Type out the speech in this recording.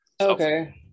okay